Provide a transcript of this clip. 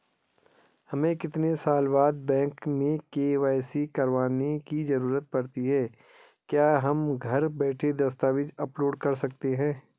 हमें कितने साल बाद बैंक में के.वाई.सी करवाने की जरूरत पड़ती है क्या हम घर बैठे दस्तावेज़ अपलोड कर सकते हैं?